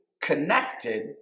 connected